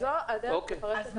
זו הדרך לפרש את החוק.